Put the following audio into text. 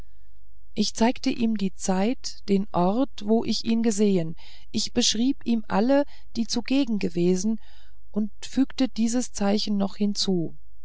ich sagte ihm die zeit den ort wo ich ihn gesehen beschrieb ihm alle die zugegen gewesen und fügte dieses zeichen noch hinzu